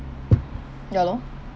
ya lor